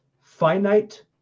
finite